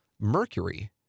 Mercury